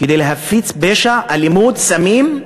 כדי להפיץ פשע, אלימות, סמים.